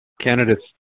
candidates